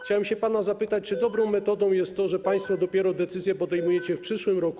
Chciałem pana zapytać, czy dobrą metodą jest to, że państwo dopiero decyzję podejmiecie w przyszłym roku.